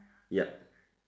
yup